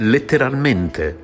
Letteralmente